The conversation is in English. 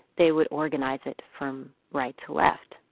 they would organize it from right to left.